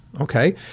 okay